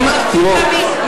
תראו,